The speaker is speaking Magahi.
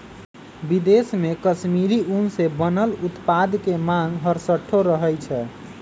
विदेश में कश्मीरी ऊन से बनल उत्पाद के मांग हरसठ्ठो रहइ छै